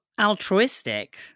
altruistic